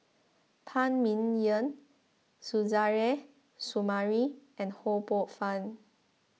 Phan Ming Yen Suzairhe Sumari and Ho Poh Fun